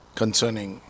concerning